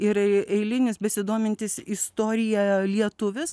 ir eilinis besidomintis istorija lietuvis